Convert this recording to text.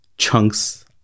Chunks